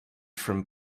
from